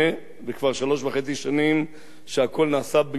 וכבר שלוש וחצי שנים שהכול נעשה במשורה,